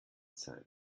sein